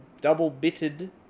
double-bitted